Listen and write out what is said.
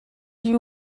you